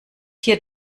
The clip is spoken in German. hier